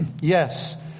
Yes